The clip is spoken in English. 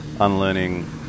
unlearning